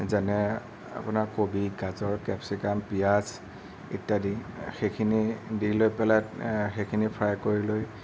যেনে আপোনাৰ কবি গাজৰ কেপচিকাম পিয়াজ ইত্যাদি সেইখিনি দি লৈ পেলাই সেইখিনি ফ্ৰাই কৰি লৈ